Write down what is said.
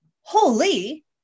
holy